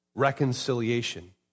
reconciliation